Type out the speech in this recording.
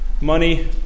Money